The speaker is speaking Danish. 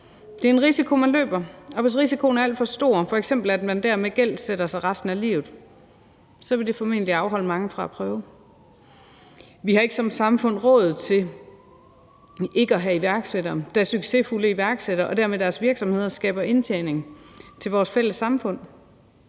Det er en risiko, man løber. Og hvis risikoen er alt for stor, så man f.eks. gældsætter sig resten af livet, vil det formentlig afholde mange fra at prøve. Vi har ikke som samfund råd til ikke at have iværksættere. Der er succesfulde iværksættere, og deres virksomheder skaber indtjening til vores fælles samfund.